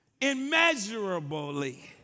immeasurably